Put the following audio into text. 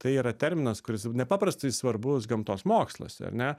tai yra terminas kuris nepaprastai svarbus gamtos moksluose ar ne